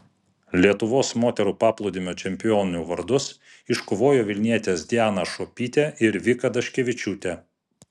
lietuvos moterų paplūdimio čempionių vardus iškovojo vilnietės diana šuopytė ir vika daškevičiūtė